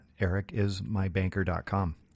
ericismybanker.com